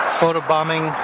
photobombing